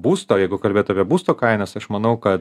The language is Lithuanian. būsto jeigu kalbėt apie būsto kainas aš manau kad